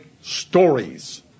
stories